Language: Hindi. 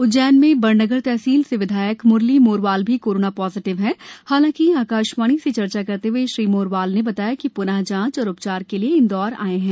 उज्जैन में बड़नगर तहसील से विधायक म्रली मोरवाल भी कोरेना पॉजिटिव हैं हालाँकि आकाशवाणी से चर्चा करते हुए श्री मोरवाल ने बताया कि पृनः जांच और उपचार के लिए इंदौर आए हैं